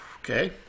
Okay